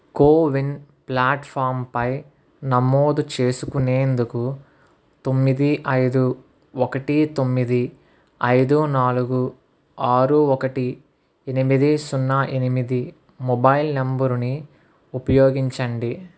CoWIN ప్లాట్ఫాంపై నమోదు చేసుకునేందుకు తొమ్మిది ఐదు ఒకటి తొమ్మిది ఐదు నాలుగు ఆరు ఒకటి ఎనిమిది సున్నా ఎనిమిది మొబైల్ నంబరుని ఉపయోగించండి